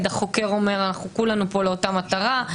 החוקר אומר: כולנו פה לאותה מטרה,